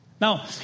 Now